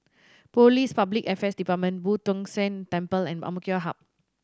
Police Public Affairs Department Boo Tong San Temple and Hub